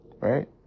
right